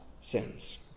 sins